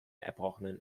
erbrochenen